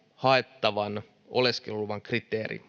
haettavan oleskeluluvan kriteeri